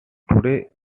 today